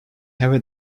have